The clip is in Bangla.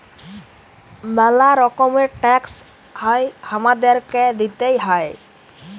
ম্যালা রকমের ট্যাক্স হ্যয় হামাদেরকে দিতেই হ্য়য়